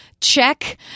check